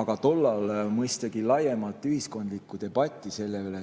Aga tollal mõistagi laiemat ühiskondlikku debatti selle üle,